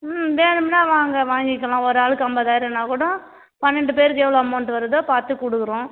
ம் வேணும்னா வாங்கள் வாங்கிக்கலாம் ஒரு ஆளுக்கு ஐம்பதாயிரம்னா கூட பன்னெண்டு பேருக்கு எவ்வளோ அமௌண்ட் வருதோ பார்த்துக் கொடுக்குறோம்